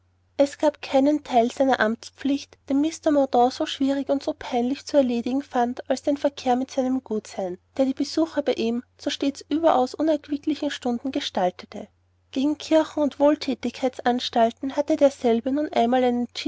es gab keinen teil seiner amtspflicht den mr mordaunt so schwierig und so peinlich zu erledigen fand als den verkehr mit seinem gutsherrn der die besuche bei ihm stets zu überaus unerquicklichen stunden gestaltete gegen kirchen und wohlthätigkeitsanstalten hatte derselbe nun einmal ein